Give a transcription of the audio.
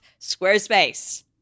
Squarespace